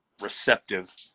receptive